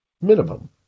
Minimum